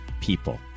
people